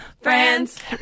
friends